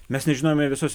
mes nežinome visos